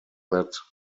that